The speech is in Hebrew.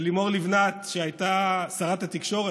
ולימור לבנת הייתה שרת התקשורת,